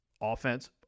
offense